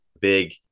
big